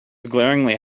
glaringly